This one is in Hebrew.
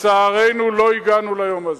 לצערנו, לא הגענו ליום הזה.